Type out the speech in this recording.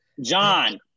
John